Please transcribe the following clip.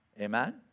Amen